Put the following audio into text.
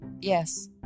Yes